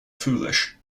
foolish